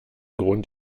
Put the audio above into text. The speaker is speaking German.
grund